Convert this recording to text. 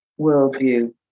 worldview